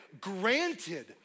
granted